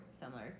similar